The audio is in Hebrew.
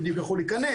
הוא בדיוק יכול להיכנס,